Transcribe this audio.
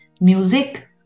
music